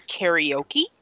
karaoke